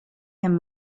and